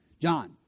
John